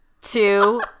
two